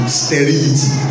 sterility